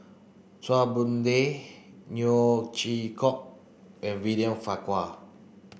Chua Boon Lay Neo Chwee Kok and William Farquhar